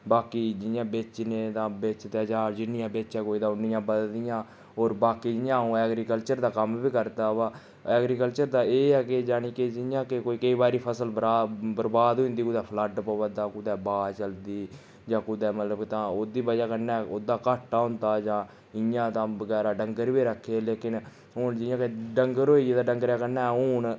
बाकी जियां बेचने दा बेचदे जा जिन्नियां बेचै कोई तां उन्नियां बधदियां होर बाकी जियां अ'ऊं ऐग्रीकल्चर दा कम्म बी करदा ब ऐग्रीकल्चर दा एह् ऐ कि जानि के जियां के कोई केईं बारी फसल बर बरबाद होई जंदी कुदै फ्लड पौवे दा कुदै ब्हाऽ चलदी जां कुदै मतलब तां ओह्दी बजह कन्नै ओह्दा घाटा होंदा जा इ'यां तां बगैरा डंगर बी रक्खे लेकिन हून जियां कि डंगर होई गे ते डंगरें कन्नै अ'ऊं हून